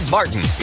Martin